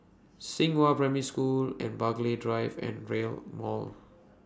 Xinghua Primary School and Burghley Drive and Rail Mall